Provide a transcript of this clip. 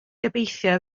gobeithio